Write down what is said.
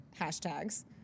hashtags